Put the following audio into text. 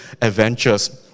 adventures